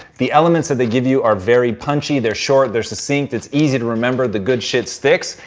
the elements that they give you are very punchy. they're short. they're succinct. it's easy to remember. the good shit sticks.